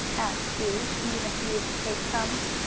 asked sue, eating a few of the cake crumbs.